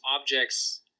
objects